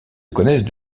connaissent